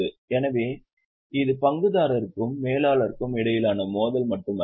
எனவே இது பங்குதாரருக்கும் மேலாளர்களுக்கும் இடையிலான மோதல் மட்டுமல்ல